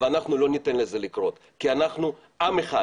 ואנחנו לא ניתן לזה לקרות כי אנחנו עם אחד,